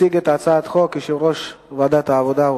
יציג את הצעת החוק יושב ראש ועדת העבודה,